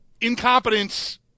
Incompetence